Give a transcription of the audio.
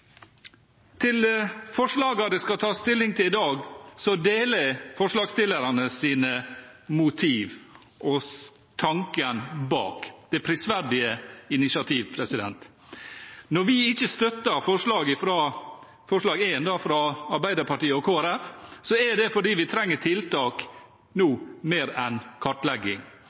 det skal tas stilling til i dag, deler jeg forslagsstillernes motiver og tanken bak det prisverdige initiativet. Når vi ikke støtter forslag nr.1, fra Arbeiderpartiet og Kristelig Folkeparti, er det fordi vi nå trenger tiltak